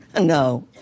No